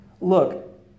Look